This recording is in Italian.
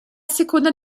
seconda